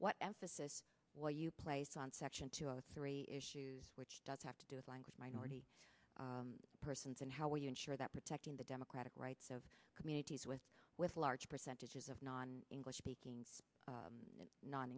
what emphasis what you place on section two or three issues which have to do with language minority persons and how we ensure that protecting the democratic rights of communities with with large percentages of non english speaking